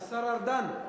השר ארדן,